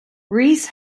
rees